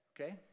Okay